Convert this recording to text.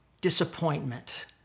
disappointment